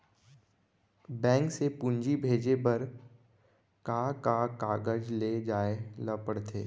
Bank से पूंजी भेजे बर का का कागज ले जाये ल पड़थे?